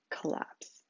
collapse